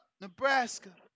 Nebraska